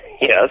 Yes